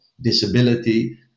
disability